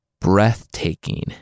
breathtaking